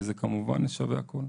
זה כמובן שווה הכל.